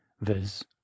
viz